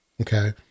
okay